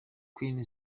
queen